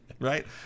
Right